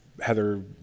Heather